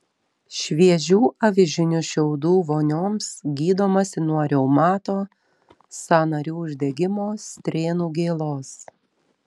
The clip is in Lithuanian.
šviežių avižinių šiaudų vonioms gydomasi nuo reumato sąnarių uždegimo strėnų gėlos